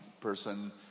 person